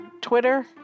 Twitter